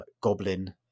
goblin